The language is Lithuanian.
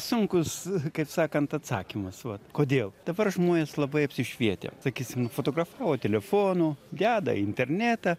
sunkus kaip sakant atsakymas va kodėl dabar žmonės labai apsišvietę sakysim fotografavo telefonu deda į internetą